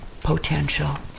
potential